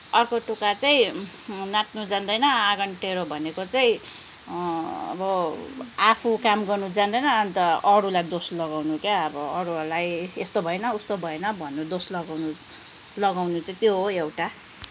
अर्को टुक्का चाहिँ नाच्नु जान्दैन आँगन टेढो भनेको चाहिँ अब आफू काम गर्न जान्दैन अन्त अरूलाई दोष लगाउनु क्या अब अरूहरूलाई यस्तो भएन उस्तो भएन भन्नु दोष लगाउनु लगाउनु चाहिँ त्यो हो एउटा